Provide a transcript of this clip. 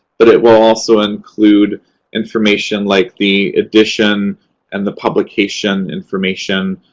but it will also include information like the edition and the publication information.